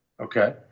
okay